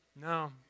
No